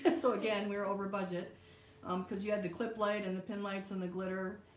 and so again, we're over budget um because you had the clip light and the pin lights and the glitter.